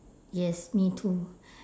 yes me too